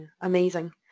Amazing